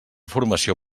formació